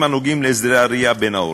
הקשורים להסדרי הראייה בין ההורים.